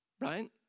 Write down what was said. Right